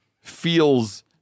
feels